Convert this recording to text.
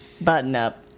button-up